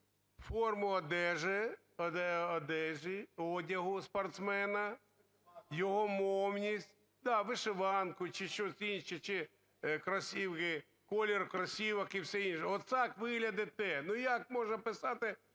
форму одежі, одягу спортсмена, його мовність, да, вишиванку, чи щось інше, чи кросівки, колір кросівок і все інше. Отак ви глядите. Як можна писати,